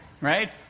right